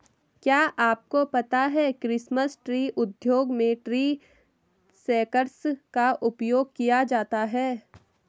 क्या आपको पता है क्रिसमस ट्री उद्योग में ट्री शेकर्स का उपयोग किया जाता है?